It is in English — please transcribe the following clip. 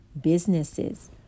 businesses